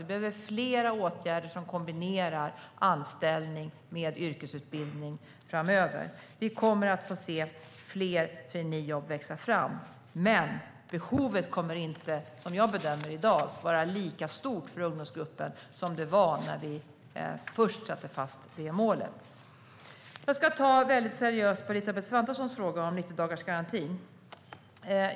Vi behöver flera åtgärder som kombinerar anställning med yrkesutbildning framöver. Vi kommer att få se fler traineejobb växa fram. Som jag bedömer det i dag kommer behovet dock inte att vara lika stort för ungdomsgruppen som det var när vi först satte upp målet. Jag tar Elisabeth Svantessons fråga om 90-dagarsgarantin mycket seriöst.